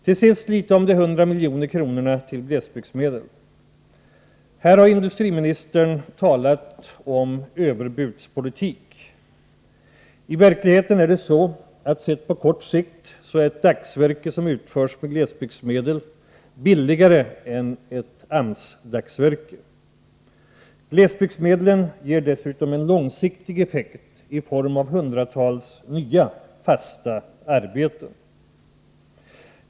Till sist litet om de 100 miljonerna till glesbygdsmedlen. Här har industriministern talat om överbudspolitik. På kort sikt är ett dagsverke som utförs med glesbygdsmedel i verkligheten billigare än ett AMS-dagsverke. Glesbygdsmedlen ger dessutom en långsiktig effekt i form av hundratals nya fasta arbeten.